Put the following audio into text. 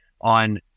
on